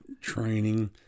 training